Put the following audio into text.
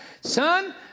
son